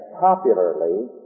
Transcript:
popularly